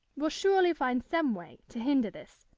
we'll surely find some way. to hinder this.